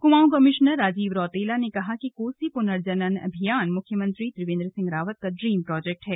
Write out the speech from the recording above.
Kumaon commissioner Rajiv Rautela ने कहा कि कोसी पुनर्जनन अभियान मुख्यमंत्री त्रिवेंद्र सिंह रावत का ड्रीम प्रोजेक्ट है